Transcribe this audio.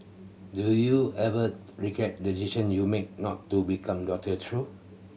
do you ever regret the decision you made not to become doctor through